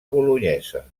bolonyesa